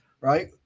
right